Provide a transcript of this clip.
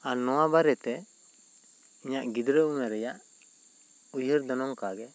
ᱟᱨ ᱱᱚᱣᱟ ᱵᱟᱨᱮ ᱛᱮ ᱤᱧᱟᱹᱜ ᱜᱤᱫᱽᱨᱟᱹ ᱩᱢᱮᱨ ᱨᱮᱭᱟᱜ ᱩᱭᱦᱟᱹᱨ ᱫᱚ ᱱᱚᱝᱠᱟ ᱜᱮ